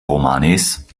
romanes